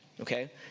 okay